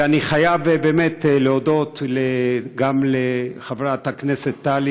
ואני חייב באמת להודות גם לחברת הכנסת טלי